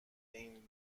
این